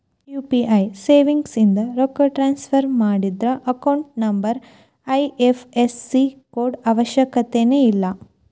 UPI ಸರ್ವಿಸ್ಯಿಂದ ರೊಕ್ಕ transfer ಮಾಡಿದ್ರ ಅಕೌಂಟ್ ನಂಬರ್ ಐ.ಎಫ್.ಎಸ್.ಸಿ ಕೋಡ್ ಅವಶ್ಯಕತೆನ ಇಲ್ಲ